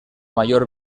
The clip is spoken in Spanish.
mayor